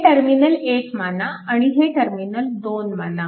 हे टर्मिनल 1 माना आणि हे टर्मिनल 2 माना